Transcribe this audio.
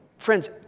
Friends